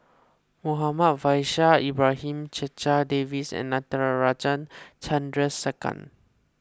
Muhammad Faishal Ibrahim Checha Davies and Natarajan Chandrasekaran